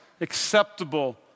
acceptable